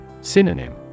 Synonym